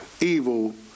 evil